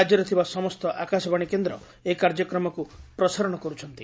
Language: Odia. ରାଜ୍ୟରେ ଥିବା ସମସ୍ତ ଆକାଶବାଶୀ କେନ୍ଦ୍ର ଏହି କାର୍ଯ୍ୟକ୍ରମକୁ ପ୍ରସାରଣ କରୁଛନ୍ତି